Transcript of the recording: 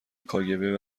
کاگب